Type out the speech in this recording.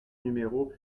numéro